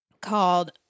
called